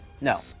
No